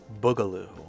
Boogaloo